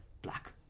Black